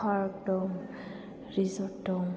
park दं resort दं